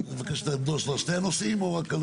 אתה מבקש לדון על שלושת הנושאים או רק על